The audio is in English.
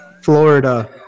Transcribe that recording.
Florida